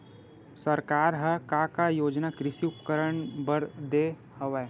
सरकार ह का का योजना कृषि उपकरण बर दे हवय?